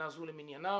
שנה זו, למניינם.